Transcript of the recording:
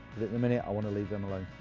the minute i want to leave them alone.